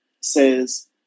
says